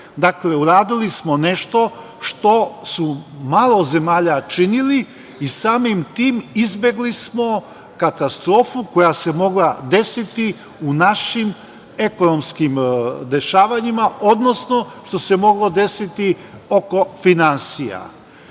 Dakle, uradili smo nešto što je malo zemalja činilo i samim tim izbegli smo katastrofu koja se mogla desiti u našim ekonomskim dešavanjima, odnosno što se moglo desiti oko finansija. Zbog